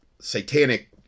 satanic